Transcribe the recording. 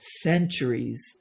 centuries